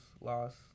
loss